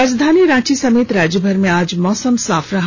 राजधानी रांची समेत राज्यभर में आज मौसम साफ रहा